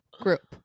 group